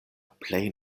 plej